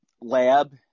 lab